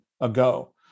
ago